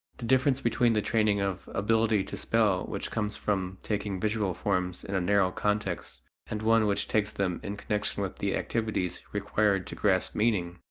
the difference between the training of ability to spell which comes from taking visual forms in a narrow context and one which takes them in connection with the activities required to grasp meaning,